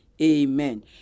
amen